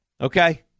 Okay